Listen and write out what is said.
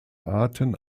arten